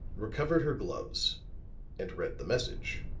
recovered her gloves and read the message,